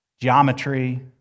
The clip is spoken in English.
geometry